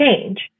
change